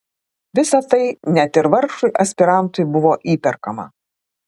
visa tai net ir vargšui aspirantui buvo įperkama